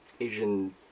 Asian